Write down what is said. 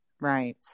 Right